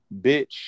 bitch